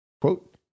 Quote